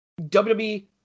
WWE